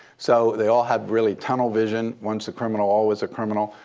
so they all had really tunnel vision once a criminal, always a criminal.